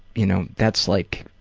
you know, that's like,